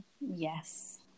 Yes